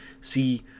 see